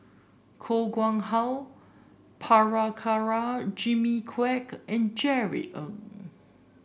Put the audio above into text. Koh Nguang How Prabhakara Jimmy Quek and Jerry Ng